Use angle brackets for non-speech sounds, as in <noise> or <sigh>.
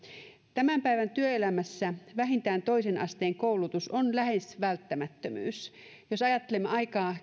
tämän päivän työelämässä vähintään toisen asteen koulutus on lähes välttämättömyys jos ajattelemme aikaa <unintelligible>